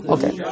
Okay